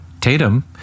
Tatum